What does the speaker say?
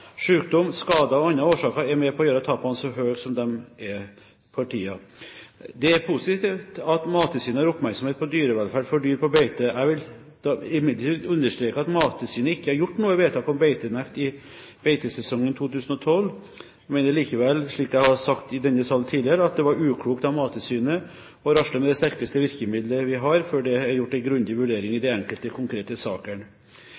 og andre årsaker er med på å gjøre tapene så høye som de er for tiden. Det er positivt at Mattilsynet har oppmerksomhet på dyrevelferd for dyr på beite. Jeg vil imidlertid understreke at Mattilsynet ikke har gjort noe vedtak om beitenekt i beitesesongen 2012. Jeg mener likevel, slik jeg har sagt i denne salen tidligere, at det var uklokt av Mattilsynet å rasle med det sterkeste virkemiddelet vi har, før det er gjort en grundig vurdering i